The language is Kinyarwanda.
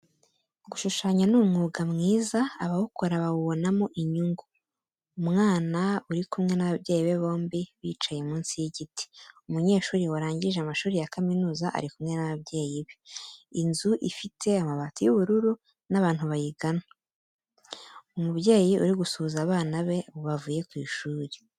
Gushushanya ni umwuga mwiza, abawukora bawubonamo inyungu, umwana uri kumwe n'ababyeyi be bombi bicaye munsi y'igiti. Umunyeshuri warangije amashuri ya kaminuza, ari kumwe n'ababyeyi be, inzu ifite amabati y'ubururu n'abantu bayigana, umubyeyi uri gusuhuza abana be bavuye ku ishuri.